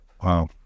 Wow